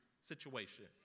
situation